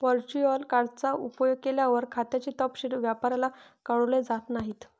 virtual card चा उपयोग केल्यावर, खात्याचे तपशील व्यापाऱ्याला कळवले जात नाहीत